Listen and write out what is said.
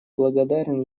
благодарен